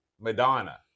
Madonna